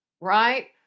right